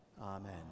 Amen